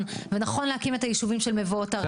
ונכון להקים את היישובים של מבואות ערד,